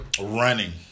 running